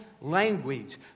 language